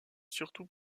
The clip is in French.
surtout